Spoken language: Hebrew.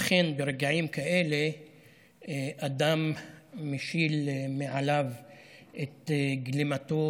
אכן, ברגעים כאלה אדם משיל מעליו את גלימתו